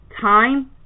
time